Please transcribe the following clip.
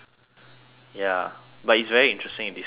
ya but it's very interesting to discuss about it